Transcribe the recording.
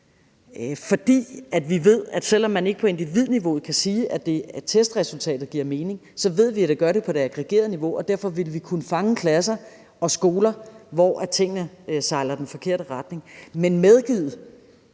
For vi ved, at selv om man ikke kan sige, at testresultatet giver mening på individniveau, så ved vi, at det gør det på det aggregerede niveau, og derfor vil vi kunne fange klasser og skoler, hvor tingene sejler i den forkerte retning. Men det